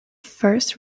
first